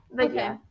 Okay